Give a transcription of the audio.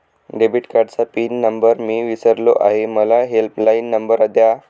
debit कार्डचा pin number मी विसरलो आहे मला हेल्पलाइन नंबर द्या